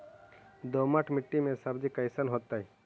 दोमट मट्टी में सब्जी कैसन होतै?